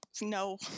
No